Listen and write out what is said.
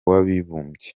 w’abibumbye